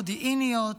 מודיעיניות,